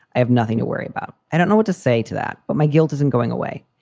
i have nothing to worry about. i don't know what to say to that, but my guilt isn't going away.